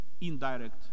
indirect